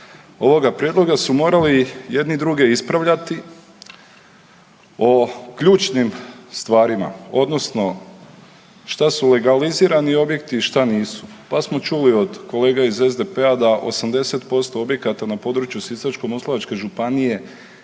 ovoga prijedloga su morali jedni druge ispravljati o ključnim stvarima odnosno što se legalizirani objekti a što nisu. Pa smo čuli od kolega iz SDP-a da 80% objekata na području Sisačko-moslavačke županije